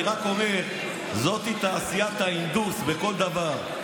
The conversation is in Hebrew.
אני רק אומר שזאת תעשיית ההנדוס בכל דבר.